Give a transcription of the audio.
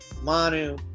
Manu